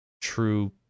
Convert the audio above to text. true